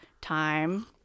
time